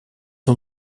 ont